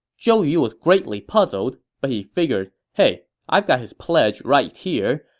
zhou yu was greatly puzzled, but he figured, hey, i've got his pledge right here,